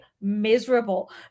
miserable